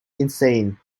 insane